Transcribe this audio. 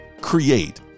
create